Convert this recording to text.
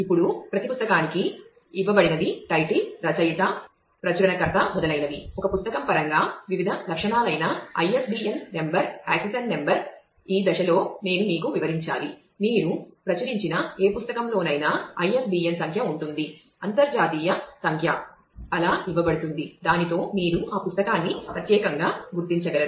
ఇప్పుడు ప్రతి పుస్తకానికి ఇవ్వబడినది టైటిల్ ఈ దశలో నేను మీకు వివరించాలి మీరు ప్రచురించిన ఏ పుస్తకంలోనైనా ISBN సంఖ్య ఉంటుంది అంతర్జాతీయ సంఖ్య అలా ఇవ్వబడుతుందిదానితో మీరు ఆ పుస్తకాన్ని ప్రత్యేకంగా గుర్తించగలరు